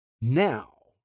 Now